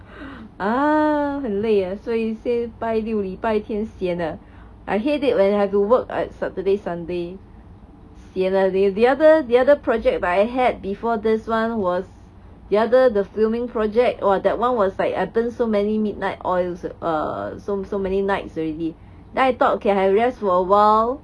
ah 很累啊所以 say 拜六礼拜天 sian ah I hate it when I have to work at saturday sunday sian ah they the other the other project that I had before this [one] was the other the filming project !wah! that [one] was like I burn so many midnight oils err so so many nights already then I thought okay I rest for awhile